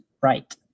right